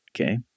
Okay